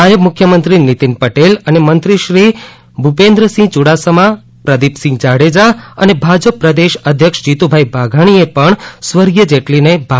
નાયબ મુખ્યમંત્રી નીતીન પટેલ અને મંત્રીશ્રી ભૂપેન્દ્રસિંહ ચુડાસમા પ્રદીપસિંહ જાડેજા અને ભાજપ પ્રદેશ અધ્યક્ષ જીતુભાઇ વાઘાણીએ પણ સ્વર્ગીય જેટલીને ભાવાંજલી આપી હતી